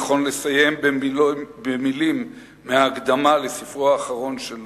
נכון לסיים במלים מההקדמה לספרו האחרון של לובה,